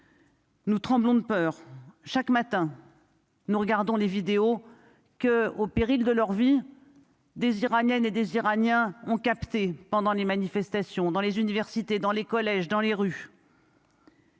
Nous tremblons de peur, chaque matin, nous regardons les vidéos que au péril de leur vie des Iraniennes et des Iraniens ont capté pendant les manifestations dans les universités, dans les collèges, dans les rues.